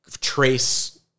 trace